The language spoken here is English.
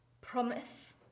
Promise